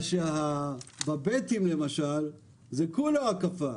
בבלתי חוקי, כולו בהקפה.